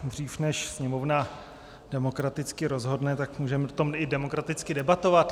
Dřív než Sněmovna demokraticky rozhodne, tak můžeme o tom i demokraticky debatovat.